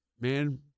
man